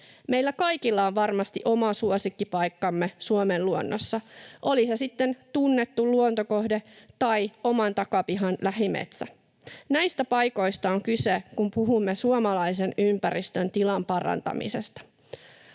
Meillä kaikilla on varmasti oma suosikkipaikkamme Suomen luonnossa, oli se sitten tunnettu luontokohde tai oman takapihan lähimetsä. Näistä paikoista on kyse, kun puhumme suomalaisen ympäristön tilan parantamisesta.